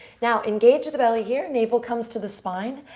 now, engage the belly here. navel comes to the spine.